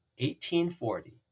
1840